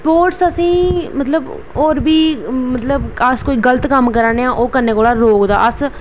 sports असेंगी मतलब होर बी मतलब अस गलत कम्म करानेआं ओह् करने कोला रोकदा अस